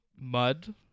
mud